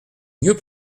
mieux